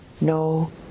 No